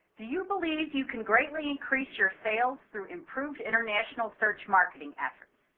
do you believe you can greatly increase your sales through improved international search marketing efforts?